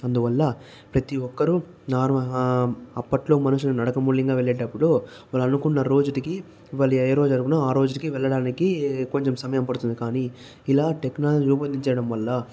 అందువల్ల ప్రతి ఒక్కరు నార్మల్ అప్పట్లో మనుషులు నడక మూల్యాంగా వెళ్ళేటప్పుడు వాళ్ళు అనుకున్న రోజుకి వాళ్ళు ఏ రోజు అనుకున్నారో ఆ రోజుకి వెళ్ళడానికి కొంచెం సమయం పడుతుంది కానీ ఇలా టెక్నాలజీ రూపొందించడం వల్ల